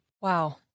Wow